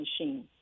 machine